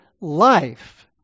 life